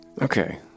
Okay